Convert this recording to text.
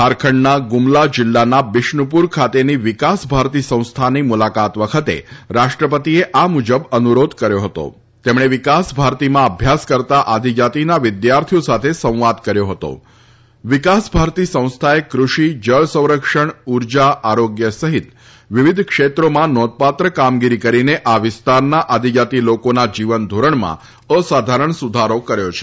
ઝારખંડના ગુમલા જિલ્લાના બિશ્નુંપુર ખાતેની વિકાસ ભારતી સંસ્થાની મુલાકાત વખતે રાષ્ટ્રપતિએ આ મુજબ અનુરોધ કર્યો હતો તેમણે વિકાસ ભારતીમાં અભ્યાસ કરતા આદિજાતીના વિદ્યાર્થીઓ સાથે સંવાદ કર્યો હતો વિકાસ ભારતી સંસ્થાએ કૃષિ જળ સંરક્ષણ ઉર્જા આરોગ્ય સહિત વિવિધ ક્ષેત્રોમાં નોંધપાત્ર કામગીરી કરીને આ વિસ્તારના આદિજાતી લોકોના જીવનધોરણમાં અસાધારણ સુધારો કર્યો છે